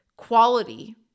quality